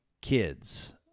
kids